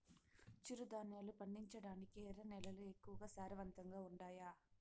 చిరుధాన్యాలు పండించటానికి ఎర్ర నేలలు ఎక్కువగా సారవంతంగా ఉండాయా